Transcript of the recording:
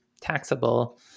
taxable